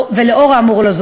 ולאור האמור,